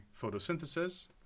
photosynthesis